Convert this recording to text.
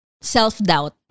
self-doubt